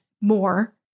more